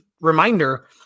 reminder